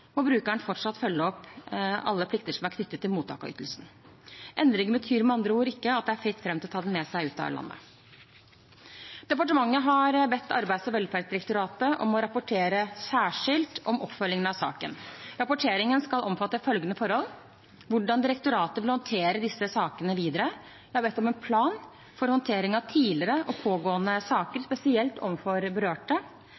må brukeren fortsatt følge opp alle plikter som er knyttet til mottak av ytelsen. Endringen betyr med andre ord ikke at det er fritt fram å ta den med seg ut av landet. Departementet har bedt Arbeids- og velferdsdirektoratet om å rapportere særskilt om oppfølgingen av saken. Rapporteringen skal omfatte følgende forhold: hvordan direktoratet vil håndtere disse sakene videre – jeg har bedt om en plan for håndtering av tidligere og pågående